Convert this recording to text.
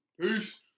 Peace